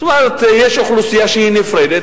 זאת אומרת יש אוכלוסייה שהיא נפרדת,